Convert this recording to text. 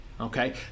Okay